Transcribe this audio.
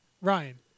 Ryan